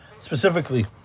specifically